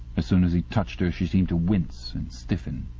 as soon as he touched her she seemed to wince and stiffen.